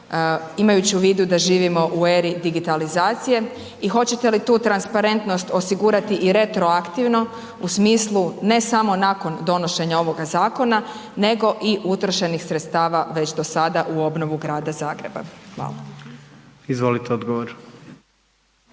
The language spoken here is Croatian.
imajući u vidu da živimo u eri digitalizacije i hoćete li tu transparentnost osigurati i retroaktivno u smislu, ne samo nakon donošenja ovoga zakona nego i utrošenih sredstava već do sada u obnovu grada Zagreba. Hvala. **Jandroković,